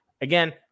Again